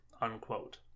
unquote